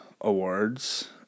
awards